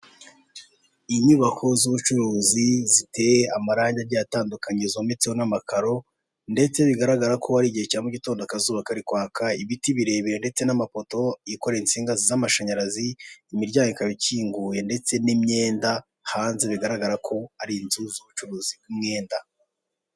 Inyubako z'ubucuruzi ziteye amarangi agiye atandukanye, zometseho n'amakaro; ndetse bigaragara ko ari igihe cya mugitondo akazuba kari kwaka. Ibiti birebire ndetse n'amapoto yikoreye insinga z'amashanyarazi, imiryango ikaba ikinguye ndetse n'imyenda hanze, bigaragara ko ari inzu z'ubucuruzi bw'imyenda.